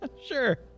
Sure